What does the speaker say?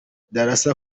darassa